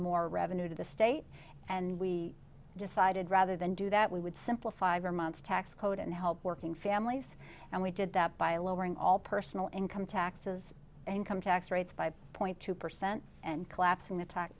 more revenue to the state and we decided rather than do that we would simplify vermont's tax code and help working families and we did that by lowering all personal income taxes income tax rates by point two percent and collapsing